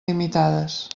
limitades